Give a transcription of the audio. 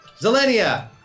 Zelenia